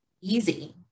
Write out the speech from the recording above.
easy